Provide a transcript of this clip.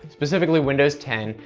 specifically windows ten,